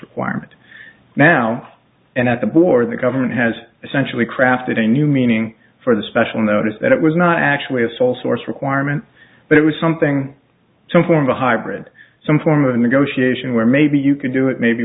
requirement now and that the board the government has essentially crafted a new meaning for the special notice that it was not actually a sole source requirement but it was something some form of hybrid some form of negotiation where maybe you can do it maybe